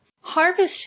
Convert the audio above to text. Harvest